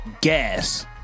Gas